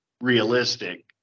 realistic